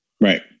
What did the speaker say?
Right